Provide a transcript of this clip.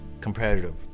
competitive